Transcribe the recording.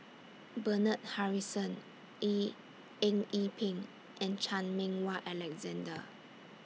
Bernard Harrison Yee Eng Yee Peng and Chan Meng Wah Alexander